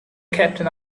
captain